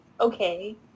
okay